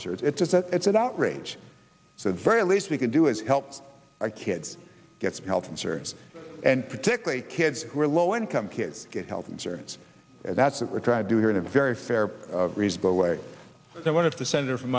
insurance it's that it's an outrage so the very least we can do is help our kids get some health insurance and particularly kids who are low income kids get health insurance and that's what we're trying to do here in a very fair reasonable way that one of the senator from